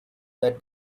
that